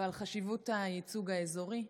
ועל חשיבות הייצוג האזורי.